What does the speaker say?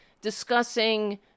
discussing